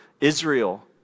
Israel